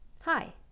Hi